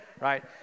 right